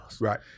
right